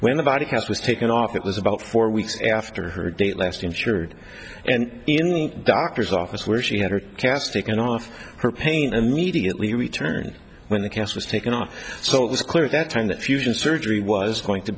when the body cast was taken off it was about four weeks after her date last insured and in the doctor's office where she had her task taken off her pain immediately returned when the cast was taken off so it was clear that time that fusion surgery was going to